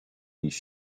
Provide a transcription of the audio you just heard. these